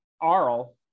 Arl